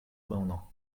mono